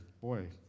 Boy